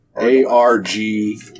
A-R-G